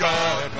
God